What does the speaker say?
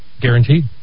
Guaranteed